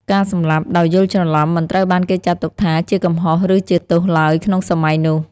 ការសម្លាប់ «ដោយយល់ច្រឡំ» មិនត្រូវបានគេចាត់ទុកថាជាកំហុស ឬជាទោសឡើយក្នុងសម័យនោះ។